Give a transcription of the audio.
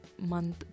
month